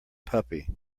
puppy